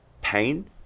pain